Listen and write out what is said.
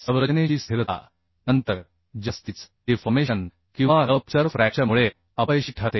संरचनेची स्थिरता नंतर जास्तीच डिफॉर्मेशन किंवा रप चर फ्रॅक्चर मुळे अपयशी ठरते